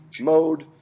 mode